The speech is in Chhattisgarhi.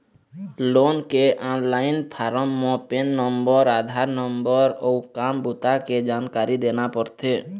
लोन के ऑनलाईन फारम म पेन नंबर, आधार नंबर अउ काम बूता के जानकारी देना परथे